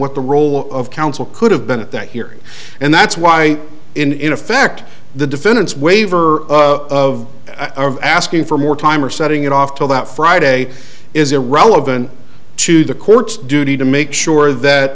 what the role of counsel could have been at that hearing and that's why in effect the defendant's waiver of asking for more time or setting it off till that friday is irrelevant to the court's duty to make sure that